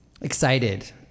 excited